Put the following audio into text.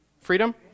Freedom